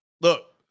Look